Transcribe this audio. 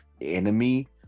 enemy